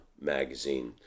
magazine